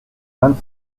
vingt